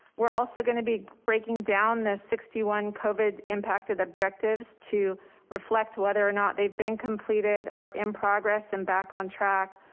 we're also gonna be breaking down the sixty one covid impacted objectives to reflect whether or not they've been completed are in progress and back on track.